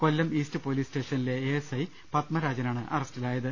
കൊല്ലം east police സ്റ്റേഷനിലെ A S I പദ്മരാജനാണ് അറസ്റ്റിലായത്